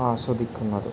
ആസ്വദിക്കുന്നതും